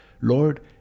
Lord